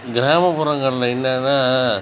கிராமப்புறங்களில் என்னென்னா